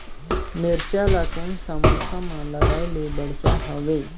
मिरचा ला कोन सा मौसम मां लगाय ले बढ़िया हवे